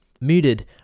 muted